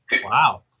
Wow